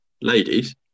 ladies